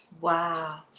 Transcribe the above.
Wow